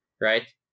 right